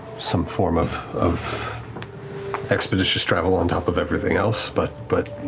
some form of of expeditious travel on top of everything else, but but